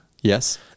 Yes